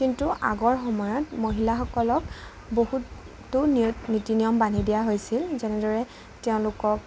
কিন্তু আগৰ সময়ত মহিলাসকলক বহুতো নী নীতি নিয়ম বান্ধি দিয়া হৈছিল যেনেদৰে তেওঁলোকক